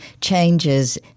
changes